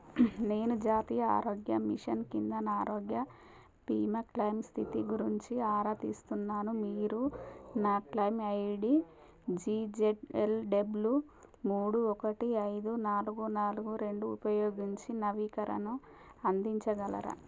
నేను జాతీయ ఆరోగ్య మిషన్ కింద నా ఆరోగ్య బీమా క్లెయిమ్ స్థితి గురించి ఆరాతీస్తున్నాను మీరు నా క్లెయిమ్ ఐడి జిజెడ్ఎల్డబ్ల్యు మూడు ఒకటి ఐదు నాలుగు నాలుగు రెండు ఉపయోగించి నవీకరణు అందించగలరా